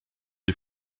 die